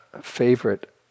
favorite